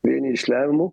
vieni iš lemiamų